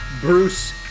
Bruce